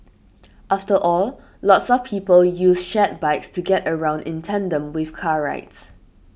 after all lots of people use shared bikes to get around in tandem with car rides